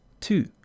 Two